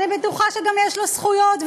אני בטוחה שגם יש לו זכויות,